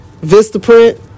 Vistaprint